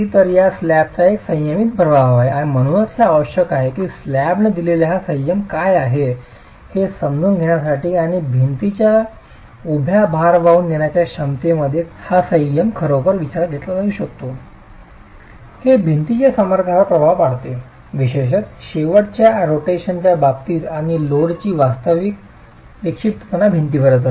तर या स्लॅबचा एक संयमित प्रभाव आहे आणि म्हणूनच हे आवश्यक आहे की स्लॅबने दिलेला हा संयम काय आहे हे समजून घेण्यासाठी आणि भिंतीच्या उभ्या भार वाहून नेण्याच्या क्षमतेमध्ये हा संयम खरोखर विचारात घेऊ शकतो हे भिंतीच्या सामर्थ्यावर प्रभाव पाडते विशेषत शेवटच्या रोटेशनच्या बाबतीत आणि लोडची वास्तविक विक्षिप्तपणा भिंतीवरच असते